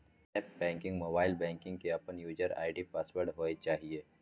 app banking, mobile banking के अपन user ID password होय चाहिए